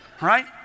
Right